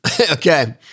Okay